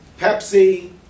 Pepsi